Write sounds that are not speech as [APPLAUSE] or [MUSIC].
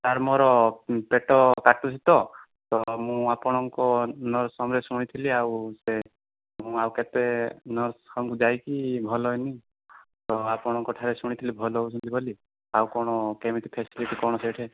sir ମୋର ପେଟ କାଟୁଛି ତ ତ ମୁଁ ଆପଣଙ୍କ [UNINTELLIGIBLE] ସଙ୍ଗେ ଶୁଣିଥିଲି ଆଉ ସେ ହଁ ଆଉ କେତେ [UNINTELLIGIBLE] ଯାଇକି ଭଲ ହେଇନି ତ ଆପଣଙ୍କ ଠାରେ ଶୁଣିଥିଲି ଭଲ ହେଉଛନ୍ତି ବୋଲି ଆଉ କ'ଣ କେମିତି ଫାସିଲିଟି କ'ଣ ସେଇଠି